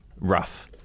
rough